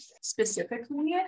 specifically